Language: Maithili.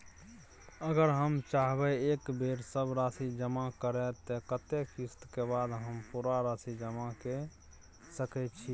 अगर हम चाहबे एक बेर सब राशि जमा करे त कत्ते किस्त के बाद हम पूरा राशि जमा के सके छि?